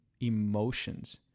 emotions